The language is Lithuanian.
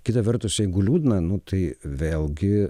kita vertus jeigu liūdna nu tai vėlgi